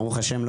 ברוך השם,